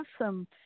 awesome